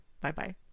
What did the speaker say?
Bye-bye